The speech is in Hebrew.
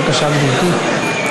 בבקשה, גברתי.